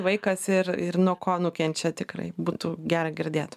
vaikas ir ir nuo ko nukenčia tikrai būtų gera girdėt